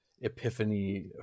epiphany